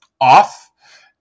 off